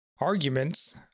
arguments